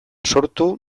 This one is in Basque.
sortu